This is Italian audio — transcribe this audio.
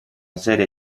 serie